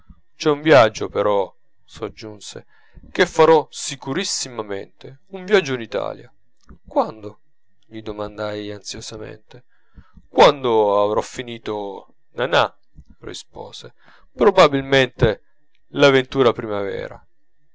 c'è un viaggio però soggiunse che farò sicurissimamente un viaggio in italia quando gli domandai ansiosamente quando avrò finito nana rispose probabilmente la ventura primavera